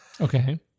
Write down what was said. Okay